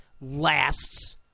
lasts